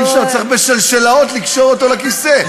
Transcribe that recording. אי-אפשר, צריך בשלשלאות לקשור אותו לכיסא.